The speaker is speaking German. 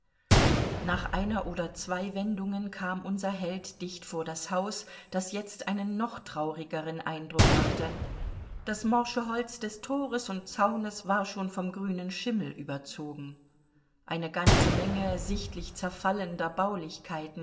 nach einer oder zwei wendungen kam unser held dicht vor das haus das jetzt einen noch traurigeren eindruck machte das morsche holz des tores und zaunes war schon vom grünen schimmel überzogen eine ganze menge sichtlich zerfallender